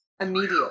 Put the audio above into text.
Immediate